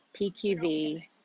PQV